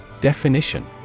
Definition